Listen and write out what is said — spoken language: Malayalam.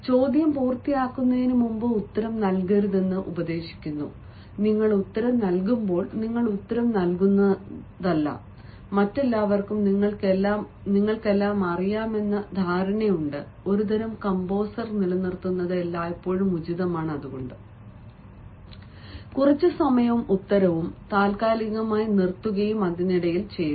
ചോദ്യം പൂർത്തിയാകുന്നതിന് മുമ്പ് ഉത്തരം നൽകരുതെന്ന് ഉപദേശിക്കുന്നു നിങ്ങൾ ഉത്തരം നൽകുമ്പോൾ നിങ്ങൾ ഉത്തരം നൽകുന്നതല്ല മറ്റെല്ലാവർക്കും നിങ്ങൾക്കെല്ലാം അറിയാമെന്ന ധാരണയുണ്ട് ഒരുതരം കമ്പോസർ നിലനിർത്തുന്നത് എല്ലായ്പ്പോഴും ഉചിതമാണ് കുറച്ച് സമയവും ഉത്തരവും താൽക്കാലികമായി നിർത്തുക